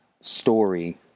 story